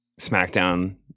SmackDown